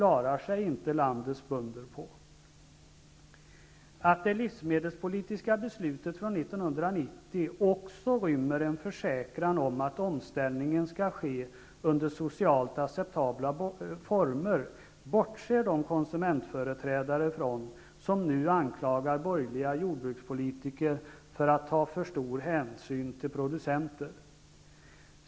Att det livsmedelspolitiska beslutet från 1990 också rymmer en försäkran om att omställningen skall ske under socialt acceptabla former bortser de konsumentföreträdare från som nu anklagar borgerliga jordbrukspolitiker för att ta för stor hänsyn till producenter.